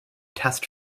test